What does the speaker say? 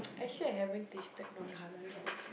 actually I haven't tasted non halal food